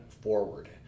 forward